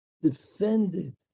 defended